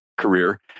career